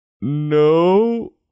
No